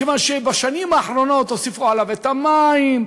כיוון שבשנים האחרונות הוסיפו עליו את המים,